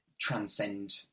transcend